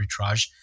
arbitrage